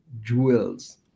jewels